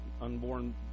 unborn